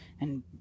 and